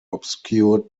obscured